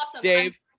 Dave